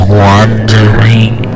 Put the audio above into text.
wandering